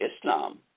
islam